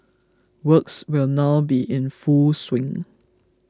works will now be in full swing